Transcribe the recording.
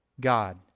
God